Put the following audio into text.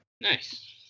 nice